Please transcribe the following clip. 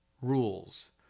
rules